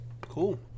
Cool